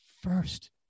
first